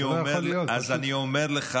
זה לא יכול להיות, פשוט, אז אני אומר לך,